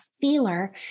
feeler